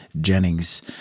Jennings